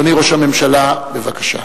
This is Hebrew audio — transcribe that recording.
אדוני ראש הממשלה, בבקשה.